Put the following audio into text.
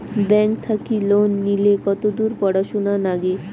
Bank থাকি loan নিলে কতদূর পড়াশুনা নাগে?